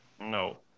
No